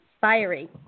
fiery